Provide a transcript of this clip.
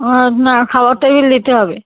ও না খাবাতেই নিতে হবে